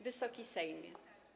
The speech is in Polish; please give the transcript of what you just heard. Wysoki Sejmie!